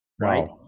right